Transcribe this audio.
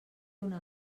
una